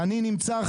ואני נמצא,